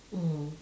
mm